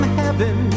heaven